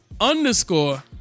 underscore